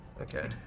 Okay